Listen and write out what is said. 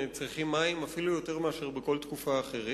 צריכים מים אפילו יותר מאשר בכל תקופה אחרת.